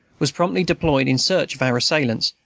was promptly deployed in search of our assailants,